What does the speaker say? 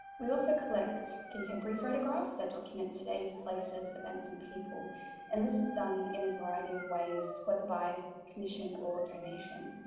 we also collect contemporary photographs that document today's places, events and people and this is done in a variety of ways whether by commission or donation.